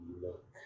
look